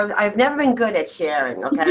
um i've never been good at sharing and kind of